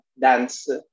dance